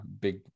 big